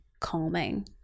calming